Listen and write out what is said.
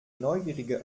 neugierige